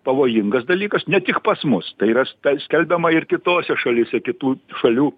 pavojingas dalykas ne tik pas mus tai yra sk skelbiama ir kitose šalyse kitų šalių